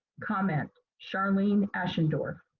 comment, charlene ashendorf.